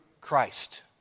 Christ